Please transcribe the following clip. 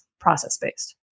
process-based